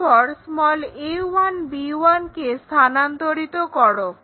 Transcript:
এরপর a1 b1 কে স্থানান্তরিত করো